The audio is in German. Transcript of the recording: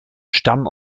stammen